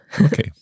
Okay